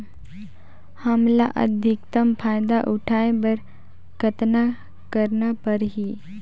हमला अधिकतम फायदा उठाय बर कतना करना परही?